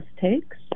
takes